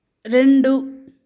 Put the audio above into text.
రెండు